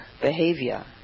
behavior